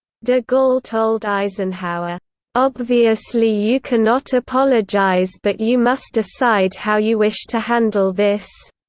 de gaulle told eisenhower obviously you cannot apologize but you must decide how you wish to handle this.